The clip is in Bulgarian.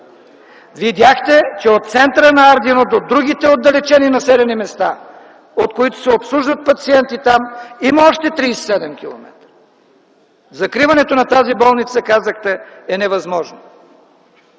Видяхте, че от центъра на Ардино до другите отдалечени населени места, от които се обслужват пациенти там, има още 37 км. Закриването на тази болница, казахте, е невъзможно.